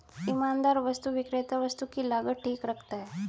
ईमानदार वस्तु विक्रेता वस्तु की लागत ठीक रखता है